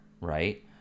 right